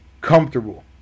comfortable